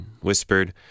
whispered